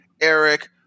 Eric